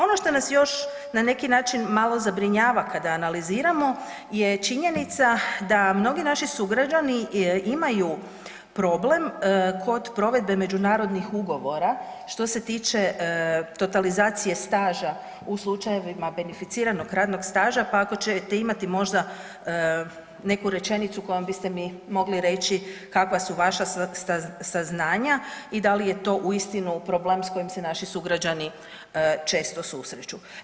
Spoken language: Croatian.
Ono što nas još na neki način malo zabrinjava kada analiziramo je činjenica da mnogi naši sugrađani imaju problem kod provedbe međunarodnih ugovora što se tiče totalizacije staža u slučajevima beneficiranog radnog staža pa ako ćete imati možda neku rečenicu kojom biste mi mogli reći kakva su vaša saznanja i da li je to uistinu problem sa kojim se naši sugrađani često susreću.